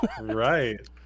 Right